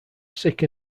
sick